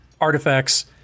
artifacts